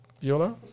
Viola